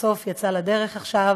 שסוף-סוף יצא לדרך עכשיו